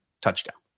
touchdown